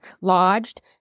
lodged